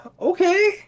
okay